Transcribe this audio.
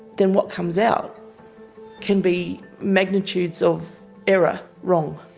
then what comes out can be magnitudes of error wrong.